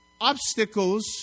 obstacles